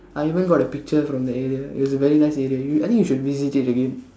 I even got a picture from the area it's a very nice area you I think you should visit it again